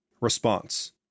Response